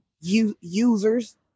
Users